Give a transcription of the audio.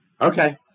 Okay